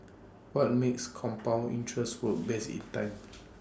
what makes compound interest work best is time